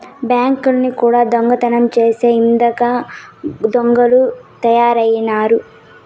బ్యాంకుల్ని కూడా దొంగతనం చేసే ఇదంగా దొంగలు తయారైనారు